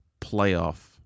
playoff